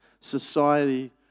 Society